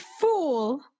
fool